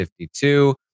52